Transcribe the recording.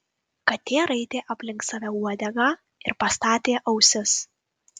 katė raitė aplink save uodegą ir pastatė ausis